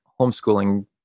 homeschooling